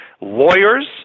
Lawyers